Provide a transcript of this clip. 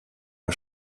der